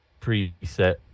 preset